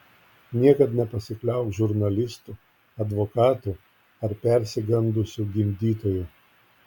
niekad nepasikliauk žurnalistu advokatu ar persigandusiu gimdytoju